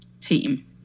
team